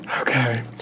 Okay